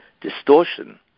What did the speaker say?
distortion